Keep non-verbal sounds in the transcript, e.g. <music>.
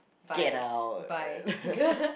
get out <laughs>